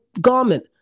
garment